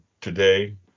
today